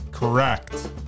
Correct